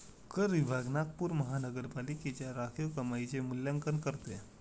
कर विभाग नागपूर महानगरपालिकेच्या राखीव कमाईचे मूल्यांकन करत आहे